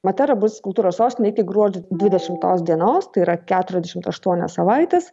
matera bus kultūros sostine iki gruodžio dvidešimtos dienos tai yra keturiasdešimt aštuonias savaites